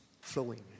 flowing